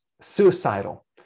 suicidal